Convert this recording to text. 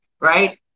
right